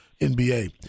NBA